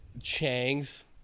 Chang's